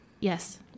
Yes